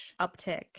uptick